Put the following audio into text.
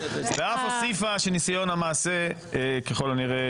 ואף הוסיפה שניסיון המעשה ככל הנראה,